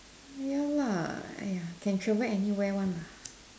ya lah !aiya! can travel anywhere one lah